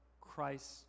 Christ